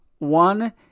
one